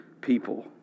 people